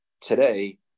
today